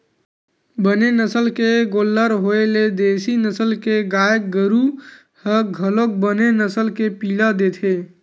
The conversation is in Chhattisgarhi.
बने नसल के गोल्लर होय ले देसी नसल के गाय गरु ह घलोक बने नसल के पिला देथे